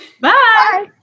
Bye